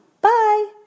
Bye